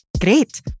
Great